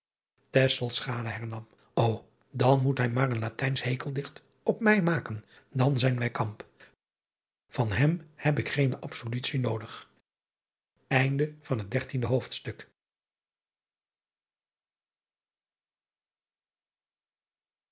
ô an moet hij maar een atijnsch hekeldicht op mij maken dan zijn wij kamp an hem heb ik geene absolutie noodig